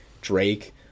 Drake